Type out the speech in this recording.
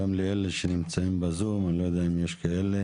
גם לאלה שנמצאים בזום, אני לא יודע אם יש כאלה.